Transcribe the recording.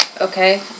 Okay